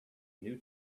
new